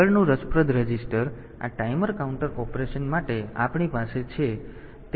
આગળનું રસપ્રદ રજિસ્ટર આ ટાઈમર કાઉન્ટર ઑપરેશન માટે આપણી પાસે જે છે તે TCON રજિસ્ટર છે